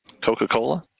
Coca-Cola